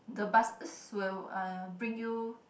the buses will uh bring you